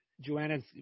Joanna's